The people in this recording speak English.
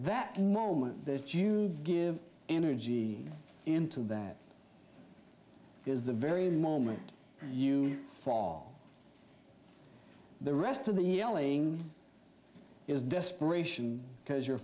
that moment that you give energy into that because the very moment you fall the rest of the yelling is desperation because you're